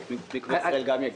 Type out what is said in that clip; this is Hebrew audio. מקווה ישראל גם יגיע.